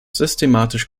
systematisch